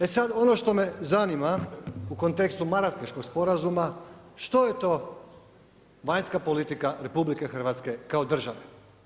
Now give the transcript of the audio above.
E sad ono što me zanima u kontekstu Marakeškog sporazumna, što je to vanjska politika RH kao države?